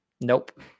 nope